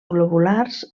globulars